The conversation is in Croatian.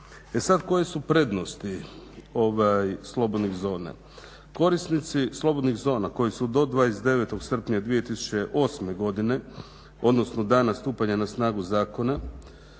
E sad koje su prednosti slobodnih zona? Korisnici slobodnih zona koji su do 29. srpnja 2008. godine, odnosno dana stupanja na snagu zakona